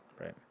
right